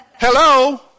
Hello